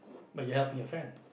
but you helping your friend